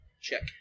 check